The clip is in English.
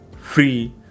free